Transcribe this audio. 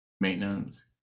maintenance